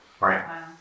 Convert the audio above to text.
right